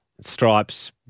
Stripes